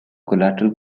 collateral